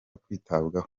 kwitabwaho